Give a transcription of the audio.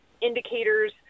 indicators